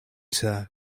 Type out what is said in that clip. sir